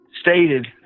stated